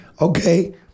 okay